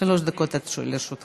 אדוני, שלוש דקות לרשותך.